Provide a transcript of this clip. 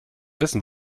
wissen